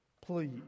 Please